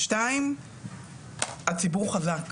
שתיים, הציבור חזק,